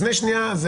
שנייה.